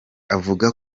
avuga